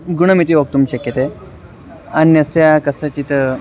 गुणमिति वक्तुं शक्यते अन्यस्य कस्यचित्